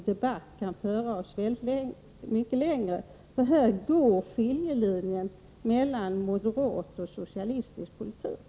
Jag kan därför inte finna att en fortsatt debatt kan föra oss mycket närmare varandra.